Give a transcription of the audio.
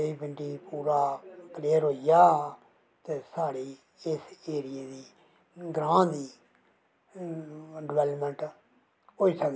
देवी पिण्डी पूता कलेयर होईया ते साढ़ी इस एरिये दी ग्रांऽ दी डवैलमैंट होई सकदी ऐ